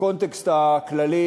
בקונטקסט הכללי,